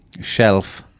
shelf